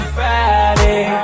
Friday